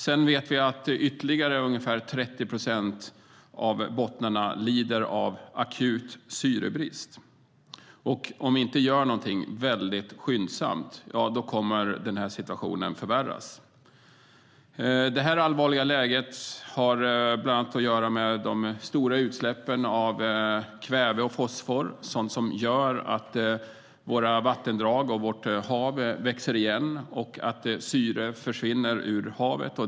Vi vet också att ytterligare ungefär 30 procent av bottnarna lider av akut syrebrist. Om vi inte skyndsamt gör någonting kommer situationen att förvärras. Detta allvarliga läge har bland annat att göra med de stora utsläppen av kväve och fosfor - sådant som gör att våra vattendrag och vårt hav växer igen och att syre försvinner ur havet.